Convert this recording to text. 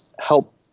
help